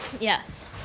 Yes